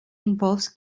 involves